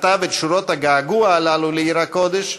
כתב את שורות הגעגוע האלה לעיר הקודש,